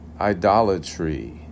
idolatry